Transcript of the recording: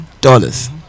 dollars